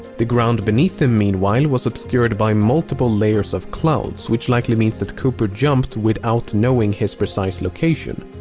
the ground beneath him, meanwhile, was obscured by multiple layers of clouds, which likely means that cooper jumped without knowing his precise location.